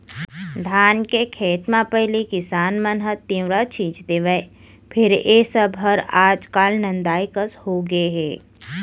धान के खेत म पहिली किसान मन ह तिंवरा छींच देवय फेर ए सब हर आज काल नंदाए कस होगे हे